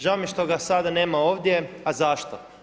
Žao mi je što ga sada nema ovdje, a zašto?